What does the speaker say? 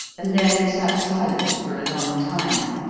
and then sat silent for a long time,